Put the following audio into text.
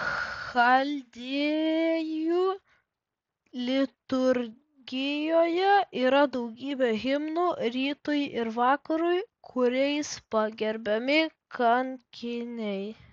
chaldėjų liturgijoje yra daugybė himnų rytui ir vakarui kuriais pagerbiami kankiniai